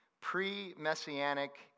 pre-messianic